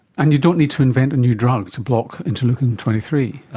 and you don't need to invent a new drug to block interleukin twenty three.